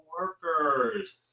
workers